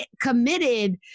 committed